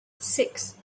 six